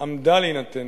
עמדה להינתן